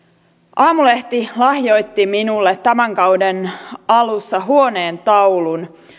aamulehti lahjoitti minulle tämän kauden alussa huoneentaulun